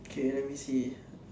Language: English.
K let me see